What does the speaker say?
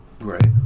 Right